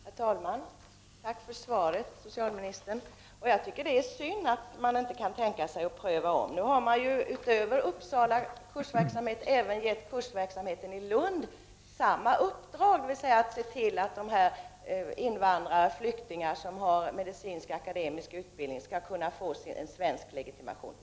Herr talman! Tack för svaret, socialministern. Det är synd att man inte kan tänka sig att pröva om. Man har ju nu utöver Uppsala Kursverksamhet även gett Kursverksamheten i Lund uppdraget att se till att invandrare och flyktingar som har medicinsk akademisk utbildning skall få en svensk legitimation.